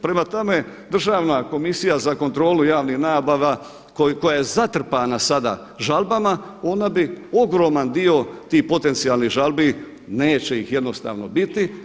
Prema tome, Državna komisija za kontrolu javnih nabava koja je zatrpana sada žalbama ona bi ogroman dio tih potencijalnih žalbi neće ih jednostavno biti.